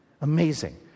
Amazing